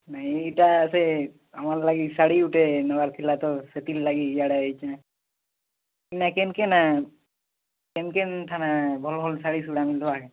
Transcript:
ନାଇଁ ଏଇଟା ସେ ଆମର ଲାଗି ଶାଢ଼ୀ ଗୋଟେ ନେବାର୍ ଥିଲା ତ ସେଥିର୍ଲାଗି ଇୟାଡ଼େ ଆଇଛେ ନାଇଁ କିନ୍ କିନ୍ କିନ୍ କିନ୍ ଥାନେ ଭଲ୍ ଭଲ୍ ଶାଢ଼ୀ ଶୁଢ଼ା ମିଲ୍ବ ଆଜ୍ଞା